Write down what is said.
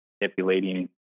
manipulating